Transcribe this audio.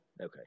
Okay